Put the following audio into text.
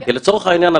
לצורך העניין,